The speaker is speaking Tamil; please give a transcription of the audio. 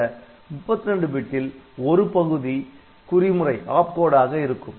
அந்த 32 பிட்டில் ஒரு பகுதி குறிமுறையாக இருக்கும்